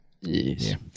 Yes